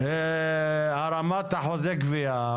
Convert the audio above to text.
הגברת אחוזי גבייה.